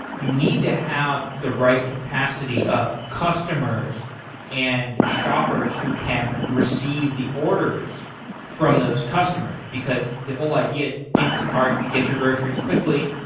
you need to have the right capacity of customers and shoppers who can receive the orders from those customers, because the whole idea is, instacart, you get your groceries quickly.